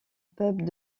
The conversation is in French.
peuple